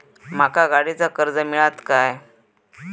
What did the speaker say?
माका गाडीचा कर्ज मिळात काय?